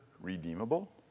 redeemable